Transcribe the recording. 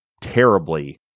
terribly